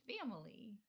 family